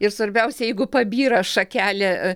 ir svarbiausia jeigu pabyra šakelė